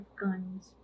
guns